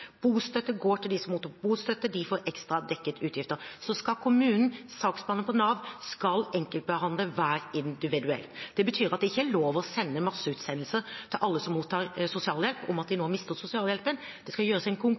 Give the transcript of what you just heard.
Bostøtte går til dem som mottar bostøtte, de får dekket ekstra utgifter. Men så skal kommunen, saksbehandleren i Nav, behandle hver enkelt individuelt. Det betyr at det ikke er lov å sende masseutsendelser til alle som mottar sosialhjelp, om at de nå mister sosialhjelpen. Det skal gjøres en